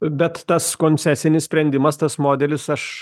bet tas koncesinis sprendimas tas modelis aš